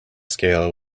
scale